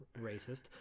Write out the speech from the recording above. racist